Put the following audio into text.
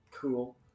Cool